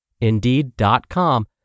Indeed.com